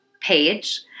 page